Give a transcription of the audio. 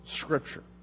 Scripture